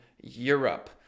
Europe